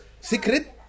secret